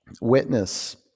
Witness